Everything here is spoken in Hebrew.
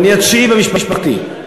אני התשיעי במשפחתי.